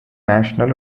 national